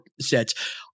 sets